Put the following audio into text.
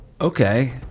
Okay